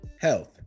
Health